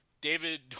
David